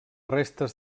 restes